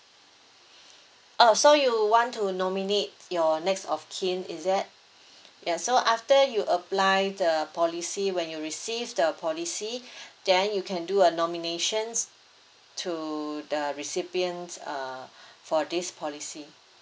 oh so you want to nominate your next of kin is it ya so after you apply the policy when you receive the policy then you can do a nominations to the recipient err for this policy